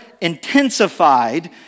intensified